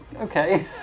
Okay